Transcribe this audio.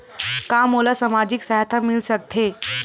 का मोला सामाजिक सहायता मिल सकथे?